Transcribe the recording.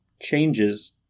changes